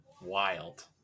Wild